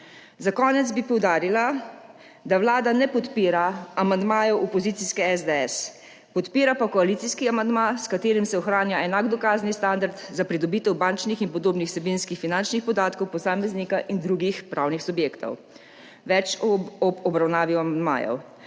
Za konec bi poudarila, da Vlada ne podpira amandmajev opozicijske SDS, podpira pa koalicijski amandma, s katerim se ohranja enak dokazni standard za pridobitev bančnih in podobnih vsebinskih finančnih podatkov posameznika in drugih pravnih subjektov. Več ob obravnavi amandmajev.